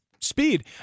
speed